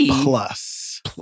plus